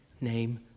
name